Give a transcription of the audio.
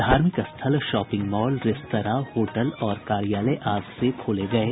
धार्मिक स्थल shopping mall restaurant hotel और कार्यालय आज से खोले गये